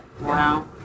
Wow